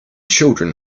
children